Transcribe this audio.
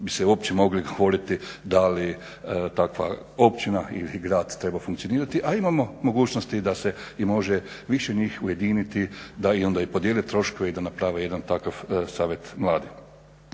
bi uopće mogli govoriti da li takva općina ili grad treba funkcionirati. A imamo mogućnosti da se i može više njih ujediniti da onda i podijele troškove i da naprave jedan takav Savjet mladih.